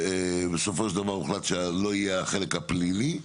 ובסופו של דבר הוחלט שלא יהיה החלק הפלילי,